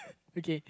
okay